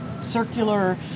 circular